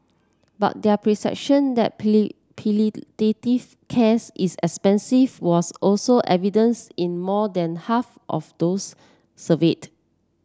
but their perception that palliative cares is expensive was also evidence in more than half of those surveyed